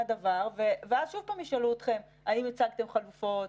ואז שוב ישאלו אתכם: האם הצגתם חלופות?